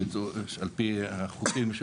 על פי החוקים,